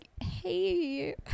hey